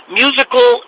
musical